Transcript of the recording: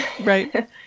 Right